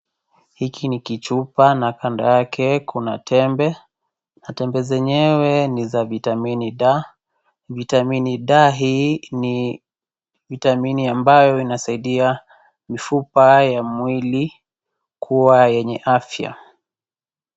Hiki ni kichupa na kando yake kuna tembe, na tembe zenyewe ni za Vitamini D. Vitamini D hii ni vitamini ambayo inasaidia mifupa ya mwili kuwa yenye afya.